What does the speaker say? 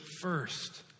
first